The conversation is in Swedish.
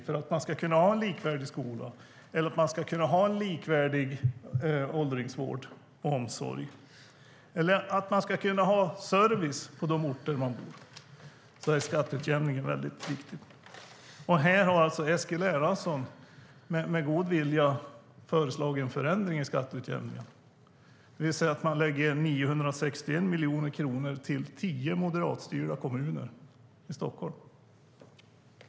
För att man ska kunna ha en likvärdig skola, en likvärdig åldringsvård och omsorg eller service på de orter man bor är skatteutjämningen väldigt viktig. Här har Eskil Erlandsson med god vilja föreslagit en förändring i skatteutjämningen. Man lägger 961 miljoner kronor till tio moderatstyrda kommuner i Stockholm.